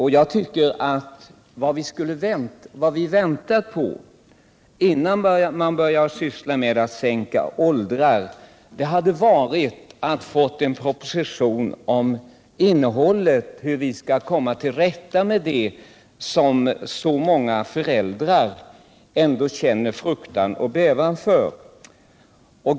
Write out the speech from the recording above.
Jag tycker att vad vi skulle tänka på innan vi börjar sänka åldersgränserna för barnfilmer hade varit att få en proposition om hur vi skall komma till rätta med det som så många föräldrar känner fruktan och bävan inför.